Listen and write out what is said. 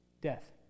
death